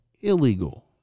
illegal